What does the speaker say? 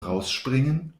rausspringen